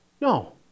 No